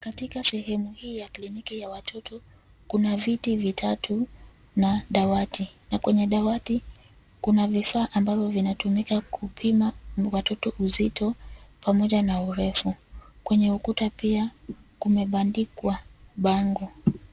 Katika sehemu hii ya kliniki ya watoto kuna viti vitatu na dawati, na kwenye dawati kuna vifaa ambavyo vinatumika kupima watoto uzito pamoja na urefu. Kwenye ukuta pia kumebandikwa bango.